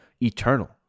eternal